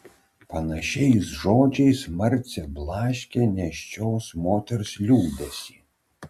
panašiais žodžiais marcė blaškė nėščios moters liūdesį